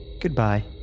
Goodbye